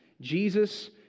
Jesus